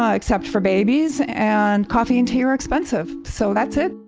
ah except for babies. and coffee and tea are expensive, so that's it